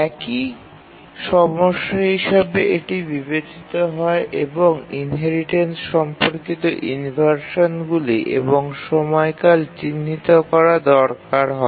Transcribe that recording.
একই ধরনের সমস্যা হিসাবে এটি বিবেচিত হয় এবং ইনহেরিটেন্স সম্পর্কিত ইনভারশানগুলি সময়কাল দ্বারা চিহ্নিত করা হয়